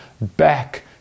back